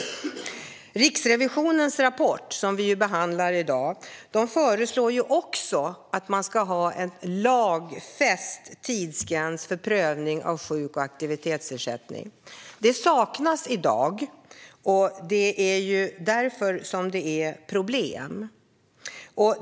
I Riksrevisionens rapport, som vi behandlar i dag, föreslås en lagfäst tidsgräns för prövning av sjukersättning och aktivitetsersättning. Detta saknas i dag, och det är därför det finns problem.